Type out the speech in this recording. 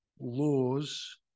laws